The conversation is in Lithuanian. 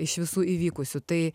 iš visų įvykusių tai